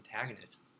antagonist